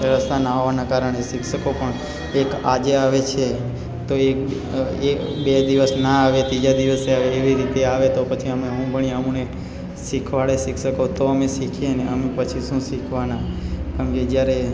રસ્તા ના હોવાના કારણે શિક્ષકો પણ એક આજે આવે છે તો એક બે દિવસના આવે ત્રીજા દિવસના આવે એવી રીતે આવે તો પછી અમે શું ભણીએ અમને શીખવાડે શિક્ષકો તો અમે શીખીએને અને અમે પછી શું શીખવાના કારણકે જ્યારે